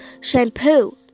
Shampoo